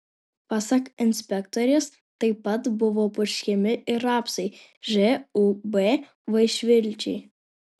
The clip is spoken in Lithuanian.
pasak inspektorės taip pat buvo purškiami ir rapsai žūb vaišvilčiai